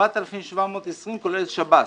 4,720 כולל שב"ס.